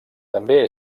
també